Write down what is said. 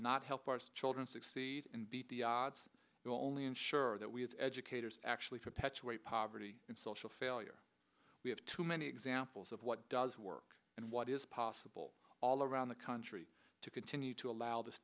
not help our children succeed and beat the odds only ensure that we as educators actually perpetuate poverty and social failure we have too many examples of what does work and what is possible all around the country to continue to allow this